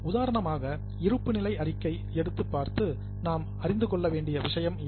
உதாரணமாக இருப்பு நிலை அறிக்கை எடுத்து பார்த்தது நாம் அறிந்து கொள்ள கூடிய விஷயம் என்ன